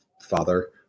father